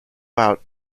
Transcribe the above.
out